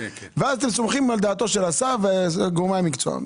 ואז אתם סומכים על דעתו של השר ושל גורמי המקצוע.